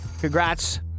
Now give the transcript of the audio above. congrats